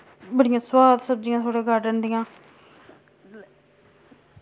बड़ियां सोआद सब्जियां थोआड़े गार्डन दियां